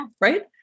right